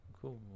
cool